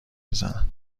میزنن